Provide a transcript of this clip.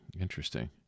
Interesting